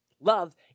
Love